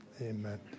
amen